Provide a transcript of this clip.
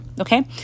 Okay